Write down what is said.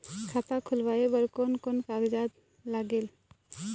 खाता खुलवाय बर कोन कोन कागजात लागेल?